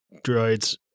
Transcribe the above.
droids